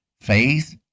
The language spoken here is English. faith